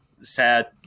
sad